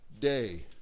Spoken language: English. day